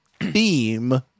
theme